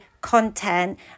content